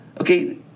Okay